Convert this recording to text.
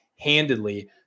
handedly